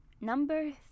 number